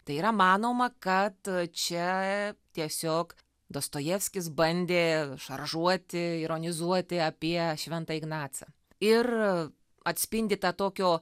tai yra manoma kad čia tiesiog dostojevskis bandė šaržuoti ironizuoti apie šventą ignacą ir atspindi tą tokio